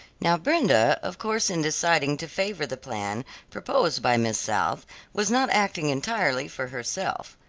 now, brenda, of course, in deciding to favor the plan proposed by miss south was not acting entirely for herself.